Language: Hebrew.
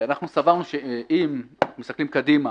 אנחנו סברנו שאם מסתכלים קדימה